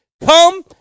Come